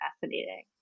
fascinating